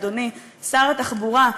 אדוני שר התחבורה,